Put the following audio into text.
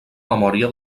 memòria